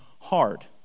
hard